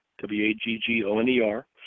W-A-G-G-O-N-E-R